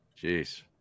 Jeez